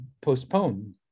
postpone